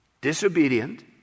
disobedient